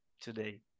today